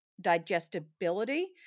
digestibility